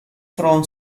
from